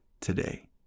today